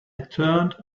turned